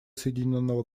соединенного